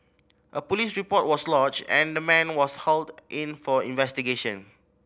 a police report was lodged and the man was hauled in for investigation